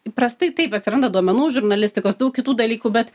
įprastai taip atsiranda duomenų žurnalistikos daug kitų dalykų bet